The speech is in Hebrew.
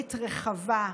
לאומית רחבה,